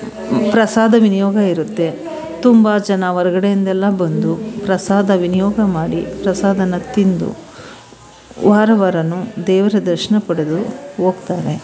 ಪ್ರಸಾದ ವಿನಿಯೋಗ ಇರುತ್ತೆ ತುಂಬ ಜನ ಹೊರಗಡೆಯಿಂದೆಲ್ಲ ಬಂದು ಪ್ರಸಾದ ವಿನಿಯೋಗ ಮಾಡಿ ಪ್ರಸಾದನ ತಿಂದು ವಾರ ವಾರವೂ ದೇವರ ದರ್ಶನ ಪಡೆದು ಹೋಗ್ತಾರೆ